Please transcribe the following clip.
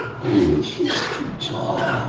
who wishes to talk?